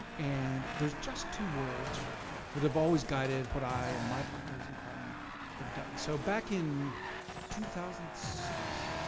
and there's just two words that have always guided what i and my partners in crime have done. so back in two thousand and six,